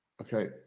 Okay